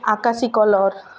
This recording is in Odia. ଆକାଶୀ କଲର୍